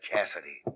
Cassidy